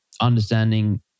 understanding